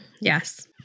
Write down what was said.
Yes